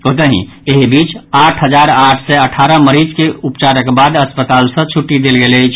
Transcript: ओतहि एहि बीच आठ हजार आठ सय अठारह मरीज के उपचारक बाद अस्पताल सँ छुट्टी देल गेल अछि